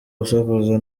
gusakuza